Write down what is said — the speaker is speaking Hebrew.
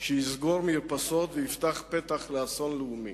שיסגור מרפסות ויפתח פתח לאסון לאומי.